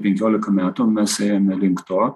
penkiolika metų mes ėjome link to